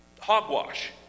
hogwash